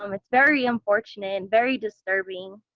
um it's very unfortunate and very disturbing.